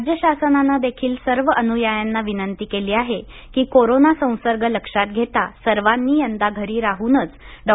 राज्य शासनानं देखील सर्व अनुयायांना विनंती केली आहे की कोरोना संसर्ग लक्षात घेतासर्वांनी यंदा घरी राहूनच डॉ